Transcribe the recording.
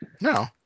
No